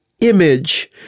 image